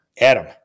Adam